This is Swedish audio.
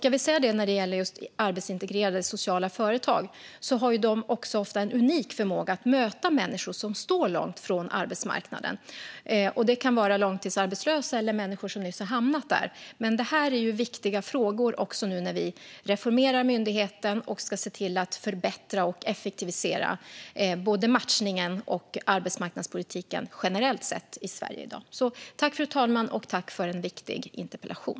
Jag vill säga att just arbetsintegrerande sociala företag ofta har en unik förmåga att möta människor som står långt från arbetsmarknaden - det kan vara långtidsarbetslösa eller människor som nyss har hamnat i arbetslöshet. Det här är viktiga frågor nu när vi reformerar myndigheten och ska se till att förbättra och effektivisera både matchningen och arbetsmarknadspolitiken generellt sett i Sverige i dag. Fru talman! Jag tackar för en viktig interpellation.